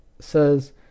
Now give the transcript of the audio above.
says